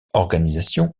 organisations